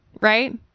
right